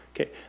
Okay